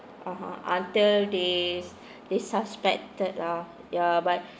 (uh huh) until they s~ they suspected lah ya but